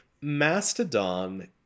Mastodon